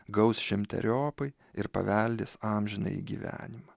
gaus šimteriopai ir paveldės amžinąjį gyvenimą